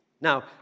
Now